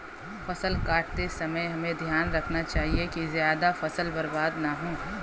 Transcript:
फसल काटते समय हमें ध्यान रखना चाहिए कि ज्यादा फसल बर्बाद न हो